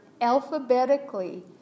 alphabetically